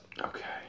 Okay